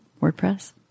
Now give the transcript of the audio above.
WordPress